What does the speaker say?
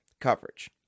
coverage